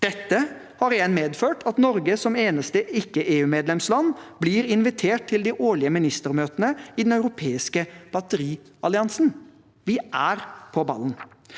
Dette har igjen medført at Norge som eneste ikke-EU-medlemsland blir invitert til de årlige ministermøtene i den europeiske batterialliansen. Vi er på ballen.